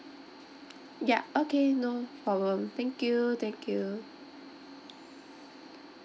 yup okay no problem thank you thank you